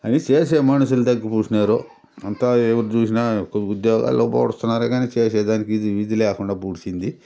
అదే చేసే మనుషులు తగ్గిపూడ్షినారు అంతా ఎవురు చూసినా ఉద్యోగాల్లో పూడస్తున్నారే కానీ చేసేదానికి విధి ఇది లేకుండా పూడ్చింది